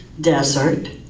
desert